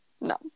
No